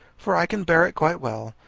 for i can bear it quite well.